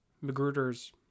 Magruder's